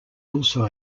also